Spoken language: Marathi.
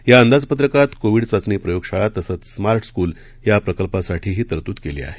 या अंदाजपत्रकात कोविड चाचणी प्रयोगशाळा तसंच स्मार्ट स्कूल या प्रकल्पासाठीही तरतूद केली आहे